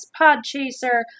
Podchaser